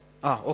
אדוני.